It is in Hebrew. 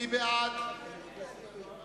מי בעד הסתייגויותיו?